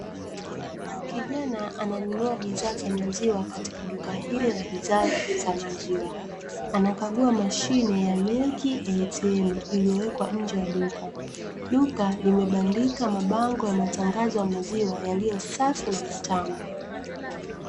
Kijana ananunua bidhaa za maziwa katika duka hili la bidhaa za maziwa. Anakagua mashine ya "Milk ATM" iliyowekwa nje ya duka. Duka limebandika mabango ya matangazo ya maziwa yaliyo safi na matamu.